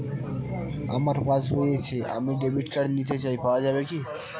আমার পাসবই আছে আমি ডেবিট কার্ড নিতে চাই পাওয়া যাবে কি?